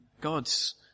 God's